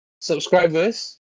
subscribers